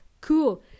cool